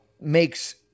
makes